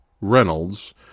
Reynolds